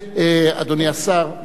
אדוני השר, באמת,